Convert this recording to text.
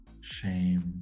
Shame